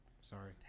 Sorry